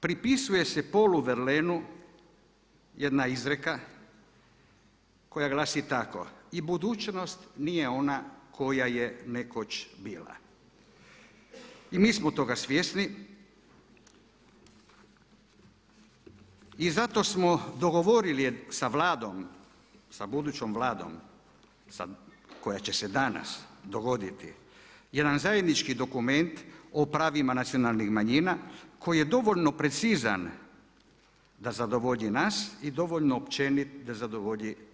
Pripisuje se Paul Verlaineu jedna izreka koja glasi tako: „I budućnost nije ona koja je nekoć bila.“ I mi smo toga svjesni i zato smo dogovorili sa Vladom, sa budućom Vladom koja će se danas dogoditi jedan zajednički dokument o pravima nacionalnih manjina koji je dovoljno precizan da zadovolji nas i dovoljno općenit da zadovolji Vladu.